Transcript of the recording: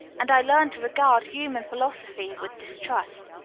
and i learned to regard human philosophy with distrust.